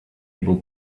able